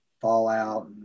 Fallout